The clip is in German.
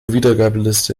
wiedergabeliste